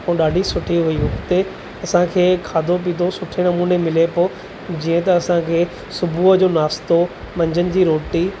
ऐं ॾाढी सुठी हुई हुते असांखे खाधो पीतो सुठे नमूने मिले पियो जीअं त असांखे सुबुह जो नाश्तो मंझंदि जी रोटी